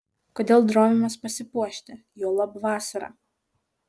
kodėl drovimės pasipuošti juolab vasarą